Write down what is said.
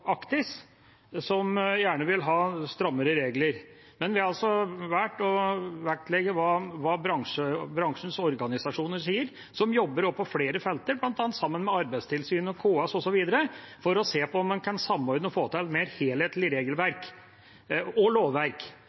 som gjerne vil ha strammere regler, men vi har altså valgt å vektlegge hva bransjens organisasjoner sier – de som også jobber på flere felt, bl.a. sammen med Arbeidstilsynet og KS osv., for å se på om en kan samordne og få til et mer helhetlig regelverk og lovverk.